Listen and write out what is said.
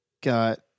got